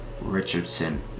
Richardson